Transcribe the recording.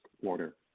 quarter